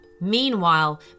Meanwhile